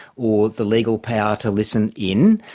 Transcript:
or the legal power to listen in,